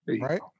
right